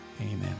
Amen